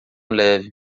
leve